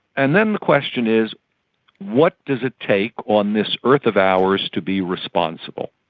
and then the question is what does it take on this earth of ours to be responsible?